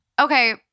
Okay